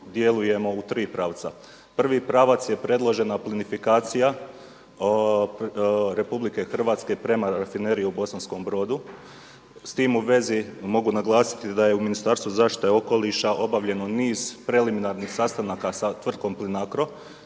djelujemo u tri pravca. Prvi pravac je predložena plinifikacija RH prema Rafineriji u Bosanskom Brodu, s tim u vezi mogu naglasiti da je u Ministarstvu zaštite okoliša obavljeno niz preliminarnih sastanaka sa Tvrtkom Plinacro.